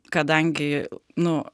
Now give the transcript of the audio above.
kadangi nu